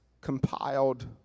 compiled